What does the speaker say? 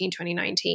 2019